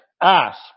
ask